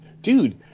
Dude